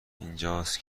اینجاست